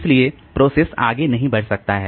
इसलिए प्रोसेस आगे नहीं बढ़ सकता है